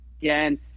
again